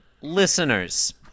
Listeners